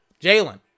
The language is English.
Jalen